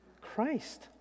Christ